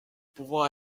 pouvoir